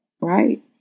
right